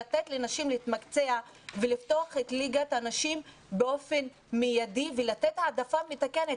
לתת לנשים להתמקצע ולפתוח את ליגת הנשים באופן מיידי ולתת העדפה מתקנת.